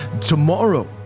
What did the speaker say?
Tomorrow